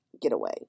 getaway